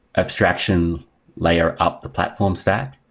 abstraction layer up the platform stack,